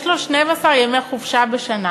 יש לו 12 ימי חופשה בשנה,